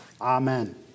amen